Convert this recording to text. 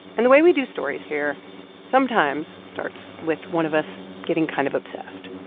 and the way we do stories here sometimes starts with one of us getting kind of obsessed